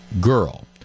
girl